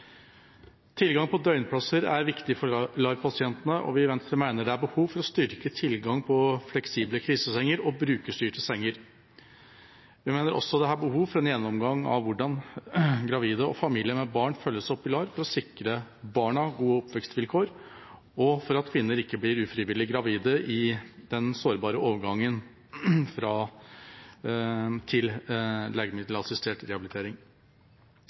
Tilgang på døgnplasser er viktig for LAR-pasientene, og vi i Venstre mener det er behov for å styrke tilgang til fleksible krisesenger og brukerstyrte senger. Vi mener også det er behov for en gjennomgang av hvordan gravide og familier med barn følges opp i LAR for å sikre barna gode oppvekstvilkår, og for at kvinner ikke blir ufrivillig gravide i den sårbare overgangen til legemiddelassistert rehabilitering.